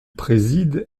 préside